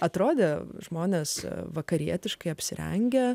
atrodė žmonės vakarietiškai apsirengę